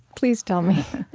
please, tell me